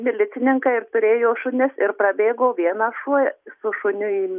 milicininkai ir turėjo šunis ir prabėgo vienas šuo su šuniu į